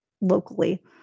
locally